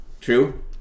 True